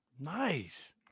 Nice